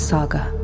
Saga